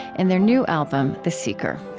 and their new album, the seeker.